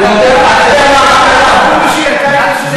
אתה יודע מה קרה?